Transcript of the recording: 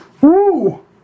Woo